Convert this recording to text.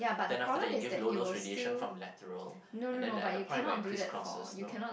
then after that you give loadal those radiation from lateral and then at the point where it criss crosses know